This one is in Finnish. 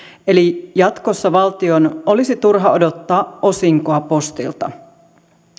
eli jatkossa valtion olisi turha odottaa osinkoa postilta